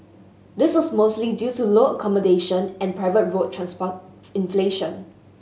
this was mostly due to lower accommodation and private road transport inflation